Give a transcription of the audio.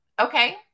Okay